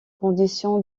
condition